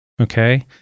okay